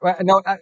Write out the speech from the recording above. No